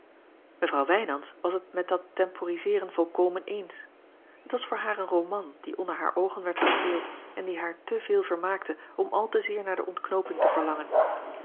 mevrouw wijnands was het met dat temporiseeren volkomen eens het was voor haar een roman die onder hare oogen werd gespeeld en die haar te veel vermaakte om al te zeer naar de ontknooping te verlangen